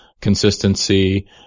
consistency